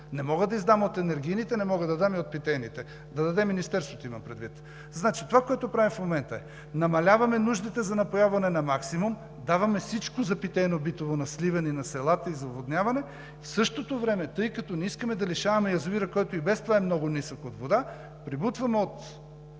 Не мога да дам от енергийните, не мога да дам и от питейните – да даде Министерството имам предвид. Това, което правим в момента, е: намаляваме нуждите за напояване на максимум, даваме всичко за питейно-битово на Сливен и на селата, и за оводняване, в същото време, тъй като не искаме да лишаваме язовира, който и без това е много нисък от вода, прибутваме от